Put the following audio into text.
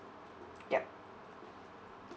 yup